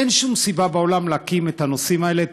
אין שום סיבה בעולם להקים את הוועדות לנושאים האלה.